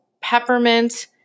peppermint